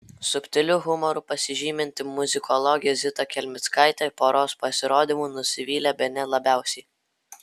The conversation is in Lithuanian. subtiliu humoru pasižyminti muzikologė zita kelmickaitė poros pasirodymu nusivylė bene labiausiai